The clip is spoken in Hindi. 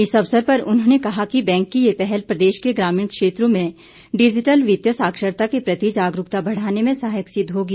इस अवसर पर उन्होंने कहा कि बैंक की ये पहल प्रदेश के ग्रामीण क्षेत्रों में डिजिटल वित्तीय साक्षरता के प्रति जागरूकता बढ़ाने में सहायक सिद्ध होगी